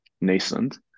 nascent